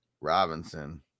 robinson